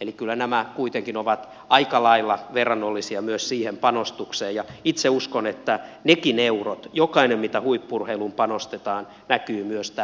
eli kyllä nämä kuitenkin ovat aika lailla verrannollisia myös siihen panostukseen ja itse uskon että nekin eurot jokainen mitä huippu urheiluun panostetaan näkyvät myös